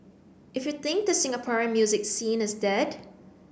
if you think the Singaporean music scene is dead